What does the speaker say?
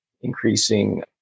increasing